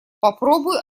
попробуй